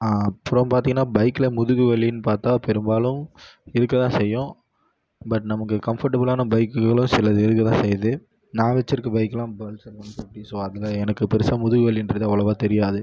அப்புறம் பார்த்திங்கன்னா பைக்ல முதுகு வலின்னு பார்த்தா பெரும்பாலும் இருக்க தான் செய்யும் பட் நமக்கு கம்ஃபர்டபுளான பைக்குகளும் சிலது இருக்க தான் செய்யுது நான் வச்சிருக்க பைக்லாம் பல்சர் ஒன் ஃபிஃப்டீ ஸோ அதில் எனக்கு பெருசாக முதுகு வலின்றது அவ்வளோவா தெரியாது